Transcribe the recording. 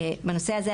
בנושא הזה,